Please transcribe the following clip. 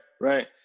right